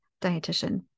dietitian